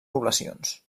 poblacions